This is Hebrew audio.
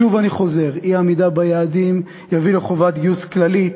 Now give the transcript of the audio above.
שוב אני חוזר: אי-עמידה ביעדים תביא לחובת גיוס כללית